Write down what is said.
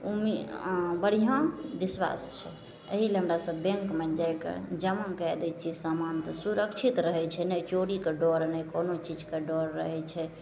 ओहिमे आँ बढ़िआँ विश्वास छै एहिलए हमरासभ बैँकमे जाके जमा कै दै छिए समान तऽ सुरक्षित रहै छै ने चोरीके डर नहि कोनो चीजके डर रहै छै